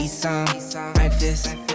breakfast